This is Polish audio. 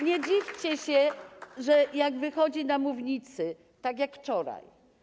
Nie dziwcie się więc, że jak wychodzi na mównicę, tak jak wczoraj.